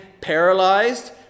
paralyzed